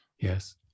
Yes